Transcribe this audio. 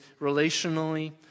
relationally